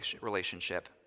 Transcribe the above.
relationship